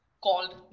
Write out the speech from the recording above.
called